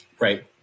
Right